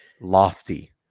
lofty